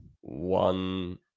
One